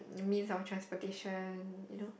means of transportation you know